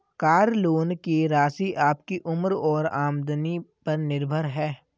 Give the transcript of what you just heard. car loan की राशि आपकी उम्र और आमदनी पर निर्भर है